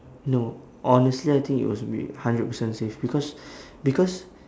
no honestly I think it was be hundred percent safe because because